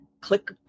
Click